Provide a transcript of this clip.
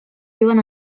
viuen